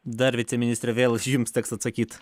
dar viceministre vėl jums teks atsakyt